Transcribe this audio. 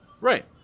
Right